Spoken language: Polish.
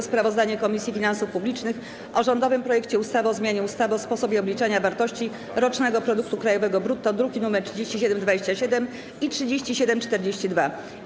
Sprawozdanie Komisji Finansów Publicznych o rządowym projekcie ustawy o zmianie ustawy o sposobie obliczania wartości rocznego produktu krajowego brutto, druki nr 3727 i 3742.